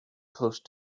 close